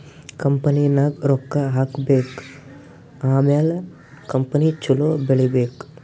ಕಂಪನಿನಾಗ್ ರೊಕ್ಕಾ ಹಾಕಬೇಕ್ ಆಮ್ಯಾಲ ಕಂಪನಿ ಛಲೋ ಬೆಳೀಬೇಕ್